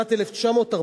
בשנת 1949,